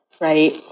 right